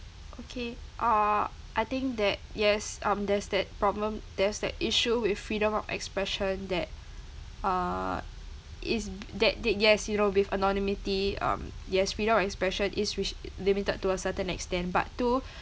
okay uh I think that yes um there's that problem there's that issue with freedom of expression that uh is that did yes you know with anonymity um yes freedom of expression is res~ limited to a certain extent but too